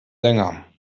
länger